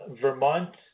Vermont